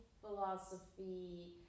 philosophy